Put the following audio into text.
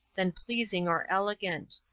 than pleasing or elegant.